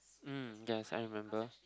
mm yes I remember